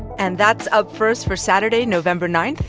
and that's up first for saturday, november nine.